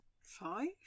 Five